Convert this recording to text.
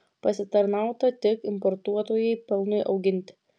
pasitarnauta tik importuotojai pelnui auginti